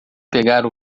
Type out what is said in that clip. pegar